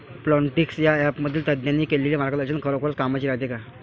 Plantix या ॲपमधील तज्ज्ञांनी केलेली मार्गदर्शन खरोखरीच कामाचं रायते का?